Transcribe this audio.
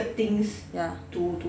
ya